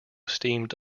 steamed